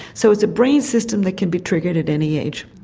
so it's a brain system that can be triggered at any age.